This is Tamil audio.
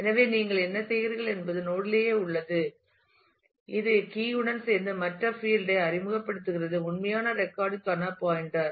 எனவே நீங்கள் என்ன செய்கிறீர்கள் என்பது நோட் யிலேயே உள்ளது இது கீ யுடன் சேர்ந்து மற்றொரு பீல்ட் ஐ அறிமுகப்படுத்துகிறது உண்மையான ரெக்கார்ட் க்கான பாயின்டர்